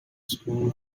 screen